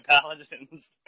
paladins